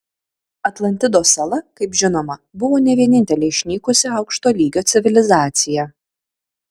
atlantidos sala kaip žinoma buvo ne vienintelė išnykusi aukšto lygio civilizacija